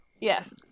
yes